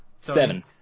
Seven